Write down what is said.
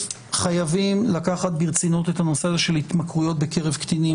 חייבים לקחת ברצינות את הנושא הזה של התמכרויות בקרב קטינים.